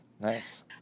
nice